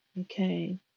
Okay